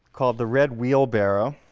called the red wheelbarrow.